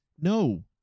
no